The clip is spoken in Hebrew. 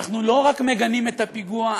אנחנו לא רק מגנים את הפיגוע,